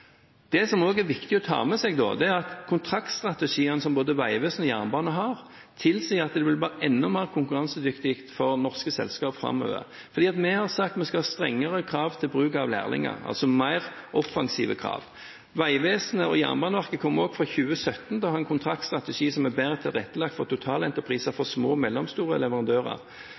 Det som også er viktig å ta med seg, er at kontraktstrategiene som både Vegvesenet og jernbanen har, tilsier at norske selskap vil bli enda mer konkurransedyktige framover, fordi vi har sagt at vi skal ha strengere krav til bruk av lærlinger, altså mer offensive krav. Vegvesenet og Jernbaneverket kommer også fra 2017 til å ha en kontraktstrategi som er bedre tilrettelagt for totalentrepriser for små og mellomstore leverandører,